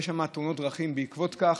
יש שם תאונות דרכים בעקבות זאת.